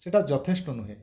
ସେଇଟା ଯଥେଷ୍ଟ ନୁହେଁ